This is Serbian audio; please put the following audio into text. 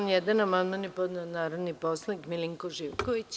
Na član 1. amandman je podneo narodni poslanik Milinko Živković.